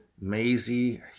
Maisie